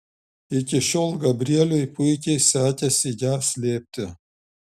iki šiol gabrieliui puikiai sekėsi ją slėpti